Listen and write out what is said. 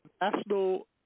National